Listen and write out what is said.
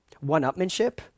one-upmanship